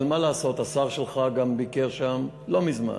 אבל מה לעשות, השר שלך גם ביקר שם לא מזמן,